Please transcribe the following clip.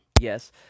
yes